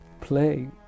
play